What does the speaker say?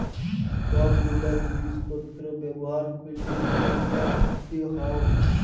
সব গুলা জিলিস পত্র ব্যবহার ক্যরলে যে ট্যাক্স দিতে হউ